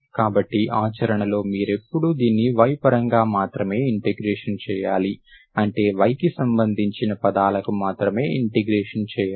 కాబట్టి ఆచరణలో మీరెప్పుడూ దీన్ని y పరంగా మాత్రమే ఇంటిగ్రేషన్ చేయాలి అంటే yకి సంబంధించిన పదాలకు మాత్రమే ఇంటిగ్రేషన్ చేయాలి